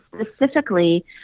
specifically